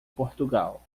portugal